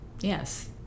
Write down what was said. Yes